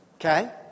Okay